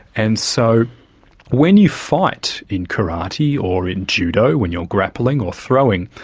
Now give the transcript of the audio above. and so when you fight in karate or in judo when you're grappling or throwing,